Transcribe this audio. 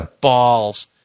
balls